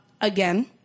again